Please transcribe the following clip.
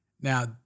Now